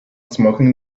smoking